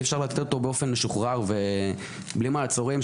אי אפשר לתת אותו באופן משוחרר ובלי מעצורים,